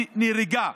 נהרגה,